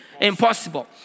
impossible